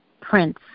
prince